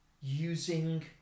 using